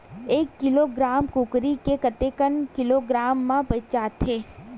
एक किलोग्राम कुकरी ह कतेक किलोग्राम म बेचाथे?